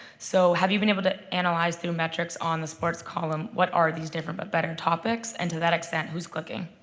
so have you been able to analyze through metrics on the sports column what are these different, but better topics? and to that extent, who's cooking?